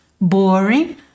boring